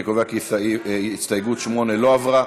אני קובע כי הסתייגות 8 לא עברה.